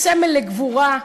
היא סמל לגבורה,